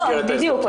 בדיוק.